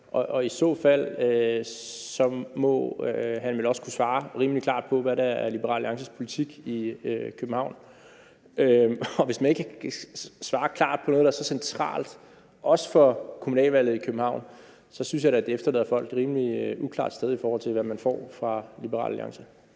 Og i så fald må han vel også kunne svare rimelig klart på, hvad der er Liberal Alliances politik i København. Hvis man ikke kan svare klart på noget, der er så centralt også for kommunalvalget i København, synes jeg da, det efterlader folk et rimelig uklart sted, i forhold til hvad man får fra Liberal Alliance.